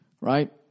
right